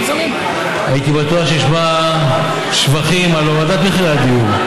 הייתי בטוח שנשמע שבחים על הורדת מחירי הדיור.